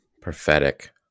prophetic